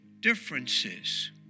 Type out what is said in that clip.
differences